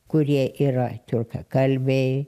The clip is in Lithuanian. kurie yra tiurkakalbiai